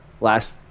last